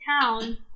town